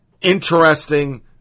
interesting